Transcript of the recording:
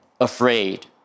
afraid